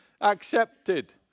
accepted